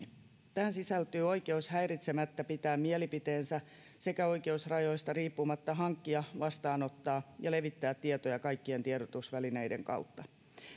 tähän sisältyy oikeus häiritsemättä pitää mielipiteensä sekä oikeus rajoista riippumatta hankkia vastaanottaa ja levittää tietoja kaikkien tiedotusvälineiden kautta